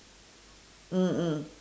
mm mm